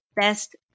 best